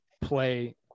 play